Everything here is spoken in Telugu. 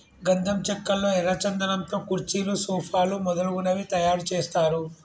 గంధం చెక్కల్లో ఎర్ర చందనం తో కుర్చీలు సోఫాలు మొదలగునవి తయారు చేస్తారు